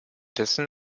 dessen